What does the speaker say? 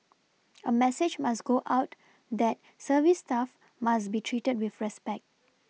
a message must go out that service staff must be treated with respect